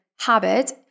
habit